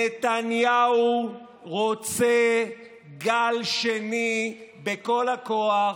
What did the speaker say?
נתניהו רוצה גל שני בכל הכוח,